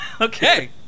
Okay